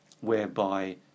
whereby